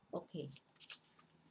okay